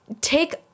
take